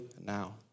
now